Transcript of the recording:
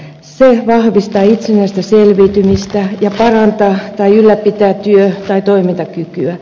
se vahvistaa itsenäistä selviytymistä ja parantaa tai ylläpitää työ tai toimintakykyä